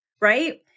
right